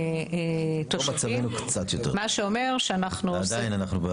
פה מצבנו קצת יותר טוב ועדיין אנחנו,